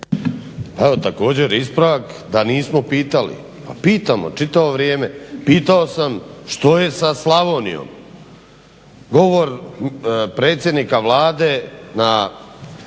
Također ispravak da nismo pitali. Pa pitamo čitavo vrijeme. Pitao sam što je sa Slavonijom? Govor predsjednika Vlade na